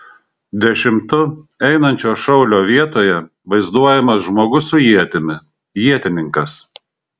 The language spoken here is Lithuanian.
dešimtu einančio šaulio vietoje vaizduojamas žmogus su ietimi ietininkas